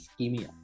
ischemia